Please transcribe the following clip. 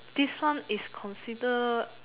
this one is considered